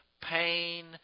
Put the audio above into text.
pain